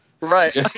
Right